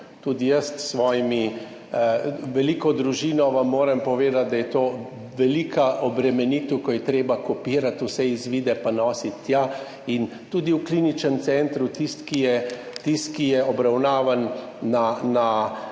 Tudi jaz s svojo veliko družino vam moram povedati, da je to velika obremenitev, ko je treba kopirati vse izvide pa nositi tj. In tudi v Kliničnem centru tisti, ki je obravnavan na